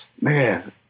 Man